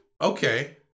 Okay